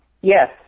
Yes